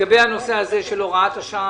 לגבי הנושא של הוראת השעה.